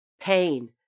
pain